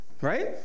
Right